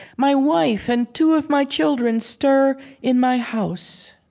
my wife and two of my children stir in my house.